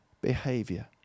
behavior